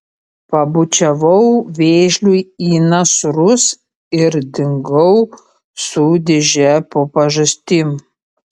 pabučiavau vėžliui į nasrus ir dingau su dėže po pažastim